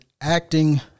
acting